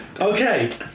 okay